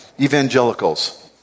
evangelicals